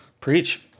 Preach